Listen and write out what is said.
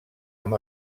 amb